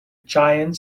giant